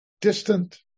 distant